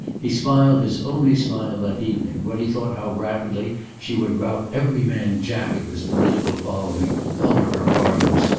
he smiled his only smile that evening when he thought how rapidly she would rout every man jack of his political following out of her parlours,